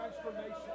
transformation